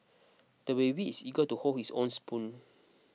the baby is eager to hold his own spoon